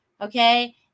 Okay